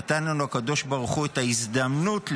נתן לנו הקדוש ברוך הוא את ההזדמנות לגאולה",